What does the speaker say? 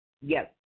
Yes